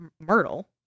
Myrtle